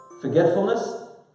forgetfulness